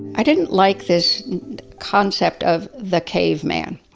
i didn't like this concept of the cave man.